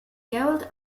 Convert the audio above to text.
gerald